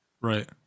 Right